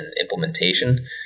implementation